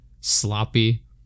sloppy